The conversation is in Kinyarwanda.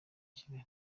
kigali